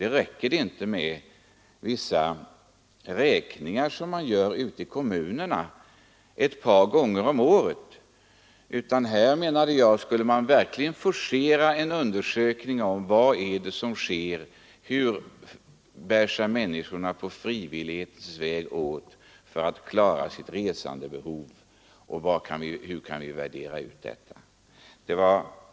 Det räcker inte med vissa räkningar som görs ute i kommunerna ett par gånger om året, utan här borde man enligt min mening verkligen forcera en undersökning av vad det är som sker: Hur bär sig människorna på frivillighetens väg åt för att klara sitt resandebehov, och hur kan vi utvärdera detta?